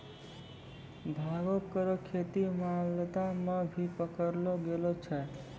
भांगो केरो खेती मालदा म भी पकड़लो गेलो छेलय